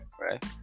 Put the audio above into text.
right